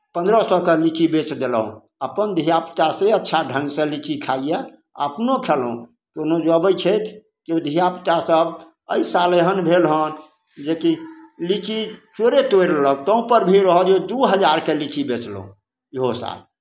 पन्द्रह सए के लीची बेचि देलहुँ अपन धिआपुता से अच्छा ढङ्गसँ लीची खाइए अपनहु खयलहुँ कोनो जे अबै छथि जँ धिआपुतासभ एहि साल एहन भेल हन जेकि लीची चोरे तोड़ि लेलक ताहुपर भी रहय दियौ दू हजारके लीची बेचलहुँ इहो साल